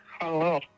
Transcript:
Hello